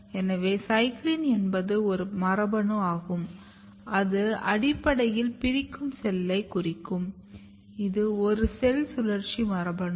எனவே CYCLIN என்பது ஒரு மரபணு ஆகும் இது அடிப்படையில் பிரிக்கும் செல்லை குறிக்கும் இது ஒரு செல் சுழற்சி மரபணு